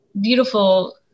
beautiful